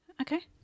Okay